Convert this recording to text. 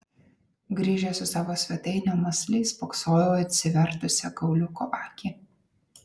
grįžęs į savo svetainę mąsliai spoksojau į atsivertusią kauliuko akį